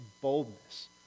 boldness